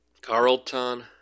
Carlton